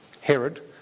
herod